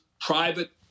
private